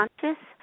conscious